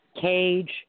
cage